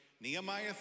Nehemiah